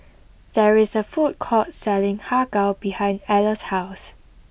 there is a food court selling Har Kow behind Alla's house